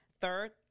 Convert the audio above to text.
Third